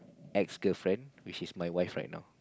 ex girlfriend which is my wife right now